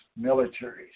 militaries